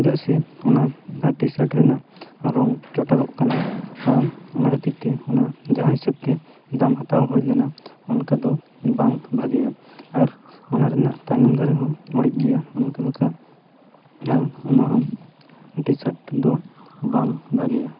ᱪᱮᱫᱟᱜ ᱥᱮ ᱚᱱᱟ ᱴᱤ ᱥᱟᱨᱴ ᱨᱮᱱᱟᱜ ᱨᱚᱝ ᱪᱚᱴᱟᱜᱚᱜ ᱠᱟᱱᱟ ᱦᱟᱸ ᱚᱱᱟ ᱠᱷᱟᱹᱛᱤᱨ ᱛᱮ ᱚᱱᱟ ᱡᱟᱦᱟᱸ ᱦᱤᱥᱟᱹᱵᱽ ᱛᱮ ᱫᱟᱢ ᱦᱟᱛᱟᱣ ᱦᱩᱭᱞᱮᱱᱟ ᱚᱱᱠᱟ ᱫᱚ ᱵᱟᱝ ᱵᱷᱟᱹᱜᱤᱭᱟ ᱟᱨ ᱚᱱᱟ ᱨᱮᱱᱟᱜ ᱛᱟᱭᱱᱚᱢ ᱫᱷᱟᱨᱮ ᱦᱚᱸ ᱚᱲᱮᱡ ᱜᱮᱭᱟ ᱚᱱᱠᱟ ᱞᱮᱠᱟ ᱦᱟᱸ ᱚᱱᱟ ᱦᱚᱸ ᱴᱤ ᱥᱟᱨᱴ ᱫᱚ ᱵᱟᱝ ᱵᱷᱟᱹᱜᱤᱭᱟ